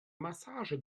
massage